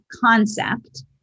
concept